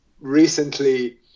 recently